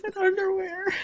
underwear